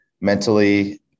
mentally